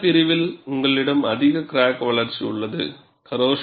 இந்த பிரிவில் உங்களிடம் அதிக கிராக் வளர்ச்சி விகிதம் உள்ளது